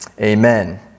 Amen